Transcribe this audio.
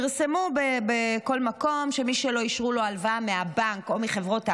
פרסמו בכל מקום שמי שלא אישרו לו הלוואה מהבנק או מחברות האשראי,